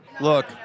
Look